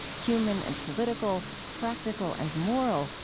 human and political, practical and moral,